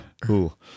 cool